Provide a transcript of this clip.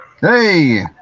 Hey